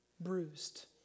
bruised